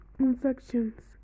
infections